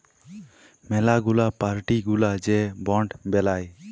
ম্যালা গুলা পার্টি গুলা যে বন্ড বেলায়